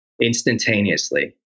instantaneously